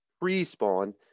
pre-spawn